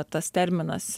tas terminas